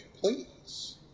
please